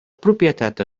propietat